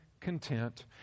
content